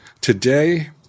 Today